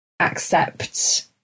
accept